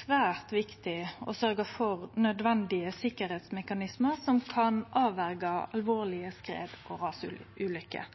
svært viktig å sørgje for nødvendige sikkerheitsmekanismar som kan avverje alvorlege skred- og rasulykker.